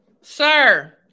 Sir